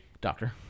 Doctor